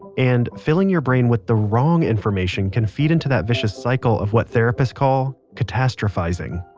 and filling your brain with the wrong information can feed into that vicious cycle of what therapists call catastrophizing.